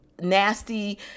nasty